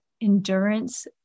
endurance